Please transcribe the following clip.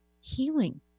healing